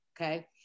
Okay